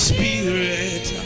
Spirit